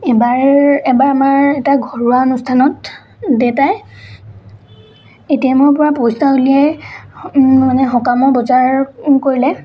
এবাৰ এবাৰ আমাৰ এটা ঘৰুৱা অনুষ্ঠানত দেউতাই এ টি এমৰ পৰা পইচা উলিয়াই মানে সকামৰ বজাৰ কৰিলে